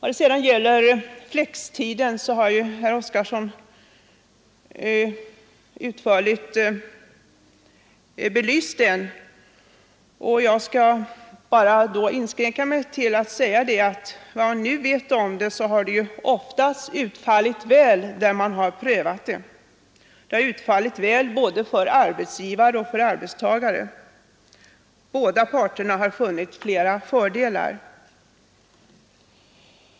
Herr Oskarson har utförligt belyst flextiden, och jag skall bara inskränka mig till att säga att där man har prövat systemet har det oftast utvecklat sig väl för både arbetsgivare och arbetstagare, och båda parter har funnit flera fördelar.